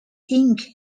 inc